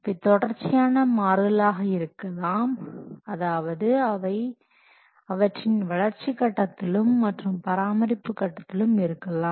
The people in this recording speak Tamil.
அவை தொடர்ச்சியான மாறுதலாக இருக்கலாம் அதாவது அவை அவற்றின் வளர்ச்சி கட்டத்திலும் மற்றும் பராமரிப்பு கட்டத்திலும் இருக்கலாம்